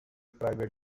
private